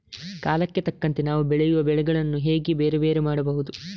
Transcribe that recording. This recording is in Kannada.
ಕಾಲಕ್ಕೆ ತಕ್ಕಂತೆ ನಾವು ಬೆಳೆಯುವ ಬೆಳೆಗಳನ್ನು ಹೇಗೆ ಬೇರೆ ಬೇರೆ ಮಾಡಬಹುದು?